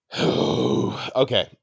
okay